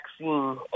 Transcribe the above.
vaccine